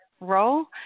role